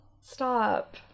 stop